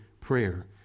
prayer